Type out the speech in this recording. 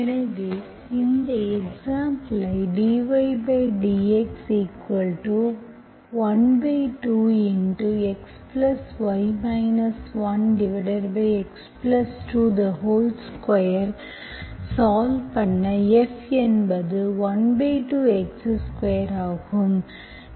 எனவே இந்த எக்சாம்புல் ஐ dydx12xy 1x22 சால்வ்பண்ண f என்பது 12 x2 ஆகும்